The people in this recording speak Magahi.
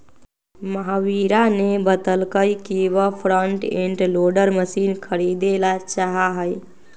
महावीरा ने बतल कई कि वह फ्रंट एंड लोडर मशीन खरीदेला चाहा हई